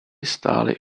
stály